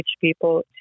people